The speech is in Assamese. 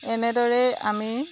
এনেদৰেই আমি